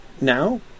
now